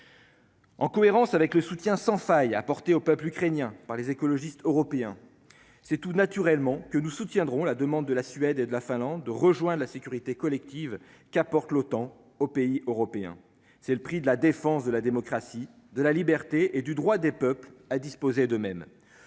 En cohérence avec le soutien sans faille à apporter au peuple ukrainien par les écologistes européens, c'est tout naturellement que nous soutiendrons la demande de la Suède et de la Finlande rejoint la sécurité collective qu'apporte l'OTAN aux pays européens, c'est le prix de la défense de la démocratie, de la liberté et du droit des peuples à disposer d'eux-mêmes